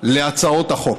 להצעות החוק.